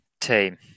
team